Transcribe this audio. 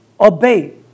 obey